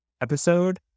episode